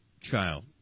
child